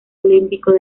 olímpicos